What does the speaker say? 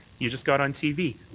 you just got on tv.